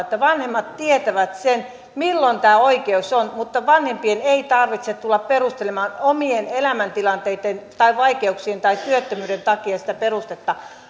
että vanhemmat tietävät sen milloin tämä oikeus on mutta vanhempien ei tarvitse tulla perustelemaan omien elämäntilanteittensa vaikeuksiensa tai työttömyytensä takia sitä